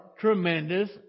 tremendous